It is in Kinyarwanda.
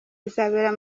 izabera